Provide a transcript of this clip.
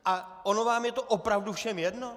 A ono je vám to opravdu všem jedno?